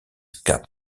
cap